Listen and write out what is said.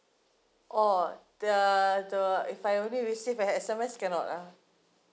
orh the the if I only received a S_M_S cannot lah